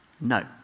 No